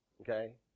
Okay